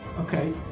Okay